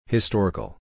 Historical